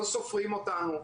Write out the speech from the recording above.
שלא סופרים אותנו,